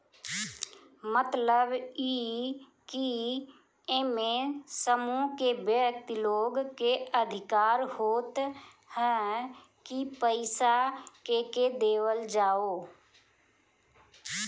मतलब इ की एमे समूह के व्यक्ति लोग के अधिकार होत ह की पईसा केके देवल जाओ